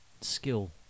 skill